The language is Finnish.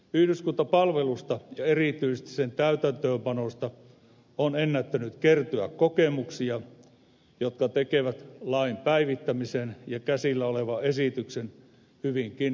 yhdyskuntapalvelusta ja erityisesti sen täytäntöönpanosta on ennättänyt kertyä kokemuksia jotka tekevät lain päivittämisen ja käsillä olevan esityksen hyvinkin perustelluksi